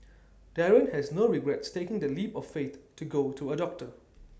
Darren has no regrets taking that leap of faith to go to A doctor